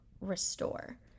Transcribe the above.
restore